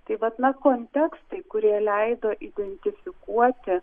tai vat na kontekstai kurie leido identifikuoti